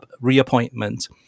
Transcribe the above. reappointment